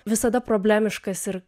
visada problemiškas ir